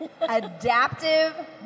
Adaptive